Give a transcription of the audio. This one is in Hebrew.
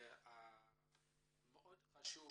מאוד חשוב